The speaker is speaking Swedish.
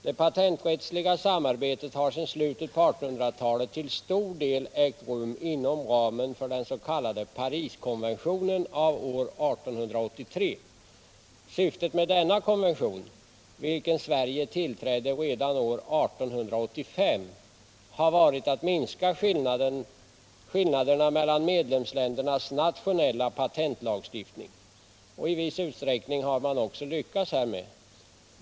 Det patenträttsliga samarbetet har sedan slutet av 1800-talet till stor del ägt rum inom ramen för den s.k. Pariskonventionen av år 1883. Syftet med denna konvention, vilken Sverige tillträdde redan år 1885, har varit att minska skillnaderna mellan medlemsländernas nationella patentlagstiftning. I viss utsträckning har man också lyckats härmed.